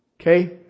Okay